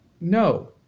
no